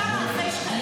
כמה עולה?